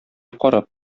карап